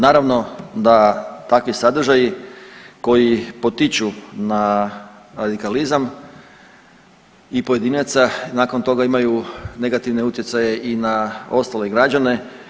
Naravno da takvi sadržaji koji potiču na radikalizam i pojedinaca nakon toga imaju negativne utjecaje i na ostale građane.